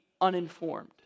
uninformed